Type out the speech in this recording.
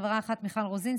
חברה אחת: מיכל רוזין,